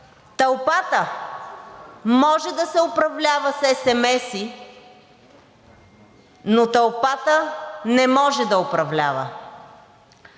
Тълпата може да се управлява с есемеси, но тълпата не може да управлява.